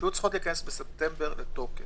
שהיו צריכות להיכנס בספטמבר לתוקף.